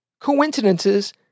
coincidences